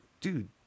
dude